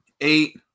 eight